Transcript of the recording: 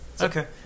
Okay